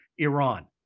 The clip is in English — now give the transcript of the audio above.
Iran